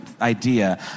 Idea